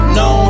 no